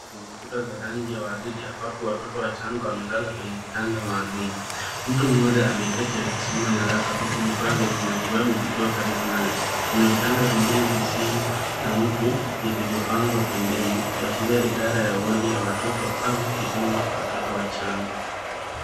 Kwenye kuta za rangi ya waridi ambapo watoto wachanga wamelala kwenye vitanda maalum. Mtu mmoja ameketi akisoma nyaraka huku vifaa vya kimatibabu vikiwa karibu naye. Kuna vitanda vingine visivyo na mtu, vilivyopangwa pembeni, kuashiria idara ya wodi ya watoto au kitengo cha watoto wachanga.